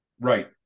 Right